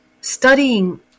studying